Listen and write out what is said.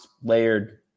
layered